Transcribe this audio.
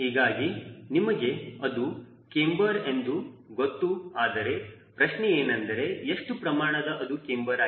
ಹೀಗಾಗಿ ನಿಮಗೆ ಅದು ಕ್ಯಾಮ್ಬರ್ ಎಂದು ಗೊತ್ತು ಆದರೆ ಪ್ರಶ್ನೆಯೇನೆಂದರೆ ಎಷ್ಟು ಪ್ರಮಾಣದಲ್ಲಿ ಅದು ಕ್ಯಾಮ್ಬರ್ ಆಗಿದೆ